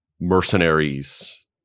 mercenaries